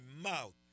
mouth